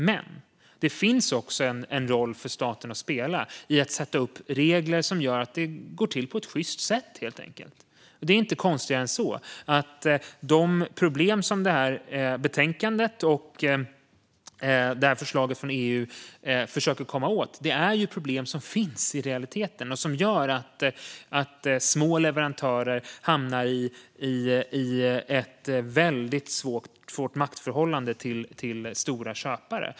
Men det finns också en roll för staten att spela i att sätta upp regler som gör att handeln går till på ett sjyst sätt. Det är inte konstigare än så. De problem som betänkandet och förslaget från EU försöker komma åt finns i realiteten. De gör så att små leverantörer hamnar i ett svårt maktförhållande till stora köpare.